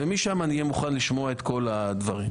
ומשם אני אהיה מוכן לשמוע את כל הדברים.